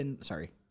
Sorry